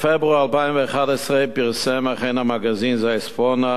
בפברואר 2011 פרסם אכן המגזין "זאיזפונה",